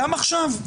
גם עכשיו,